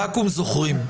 בקו"ם זוכרים.